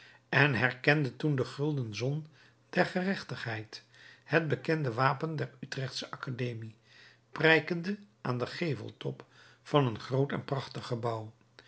en herkende toen de gulden zon der geregtigheid het bekende wapen der utrechtsche akademie prijkende aan den geveltop van een groot en prachtig gebouw